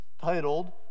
titled